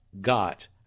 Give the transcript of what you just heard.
got